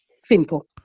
Simple